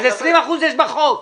אז 20 אחוזים יש בחוק.